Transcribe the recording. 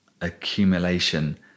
accumulation